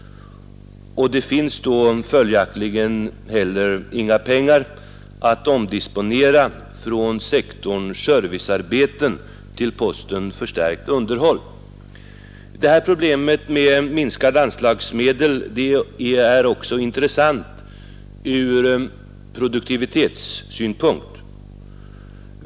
Det skulle följaktligen inte heller finnas några pengar att omdisponera från sektorn servicearbeten till posten förstärkt underhåll. Det här problemet med minskade anslagsmedel är intressant också ur produktivitetssynpunkt.